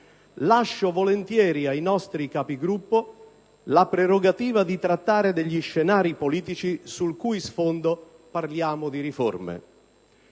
lascio volentieri ai nostri Capigruppo la prerogativa di trattare degli scenari politici sul cui sfondo parliamo di riforme.